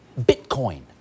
Bitcoin